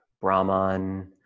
Brahman